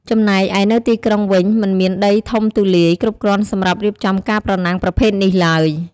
ចំណែកឯនៅទីក្រុងវិញ មិនមានដីធំទូលាយគ្រប់គ្រាន់សម្រាប់រៀបចំការប្រណាំងប្រភេទនេះឡើយ។